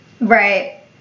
Right